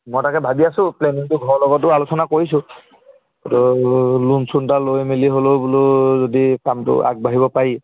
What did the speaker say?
মই তাকে ভাবি আছোঁ প্লেনিংটো ঘৰৰ লগতো আলোচনা কৰিছোঁ তই লোন চোন এটা লৈ মেলি হ'লেও বোলো যদি কামটো আগবাঢ়িব পাৰি